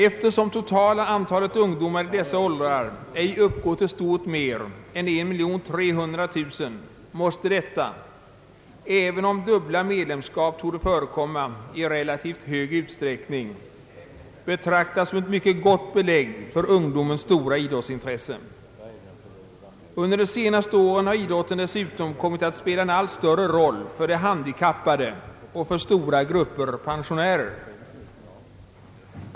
Eftersom totala antalet ungdomar i dessa åldrar ej uppgår till stort mer än 1 300 000, måste detta, även om dubbla medlemskap torde förekomma i relativt hög utsträckning, betraktas som ett mycket gott belägg för ungdomens stora idrottsintresse. På senare år har idrotten dessutom kommit att spela en allt större roll för de handikappade och för stora grupper pensionärer.